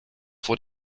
vor